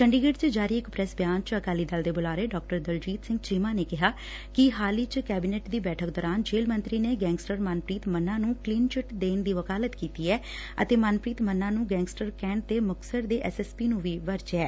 ਚੰਡੀਗੜ੍ਹ ਚ ਜਾਰੀ ਇਕ ਪ੍ਰੈਸ ਬਿਆਨ ਚ ਅਕਾਲੀ ਦਲ ਦੇ ਬੁਲਾਰੇ ਡਾ ਦਲਬੀਰ ਸਿੰਘ ਚੀਮਾ ਨੇ ਕਿਹਾ ਕਿ ਹਾਲ ਹੀ ਚ ਕੈਬਨਿਟ ਦੀ ਬੈਠਕ ਦੌਰਾਨ ਜੇਲੁ ਮੰਤਰੀ ਨੇ ਗੈਂਗਸਟਰ ਮਨਪ੍ੀਤ ਮੰਨਾ ਨੂੰ ਕਲੀਨ ਚਿੱਟ ਦੇਣ ਦੀ ਵਕਾਲਤ ਕੀਤੀ ਐ ਅਤੇ ਮਨਪ੍ੀਤ ਮੰਨਾ ਨੂੰ ਗੈਂਗਸਟਰ ਕਹਿਣ ਤੇ ਮੁਕਤਸਰ ਦੇ ਐਸ ਐਸ ਨੂੰ ਵੀ ਵਰਜਿਐ